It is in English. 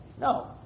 no